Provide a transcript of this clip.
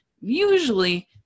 usually